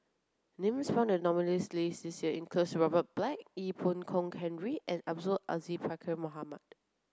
names found in the nominees' list this year include Robert Black Ee Boon Kong Henry and Abdul Aziz Pakkeer Mohamed